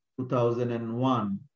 2001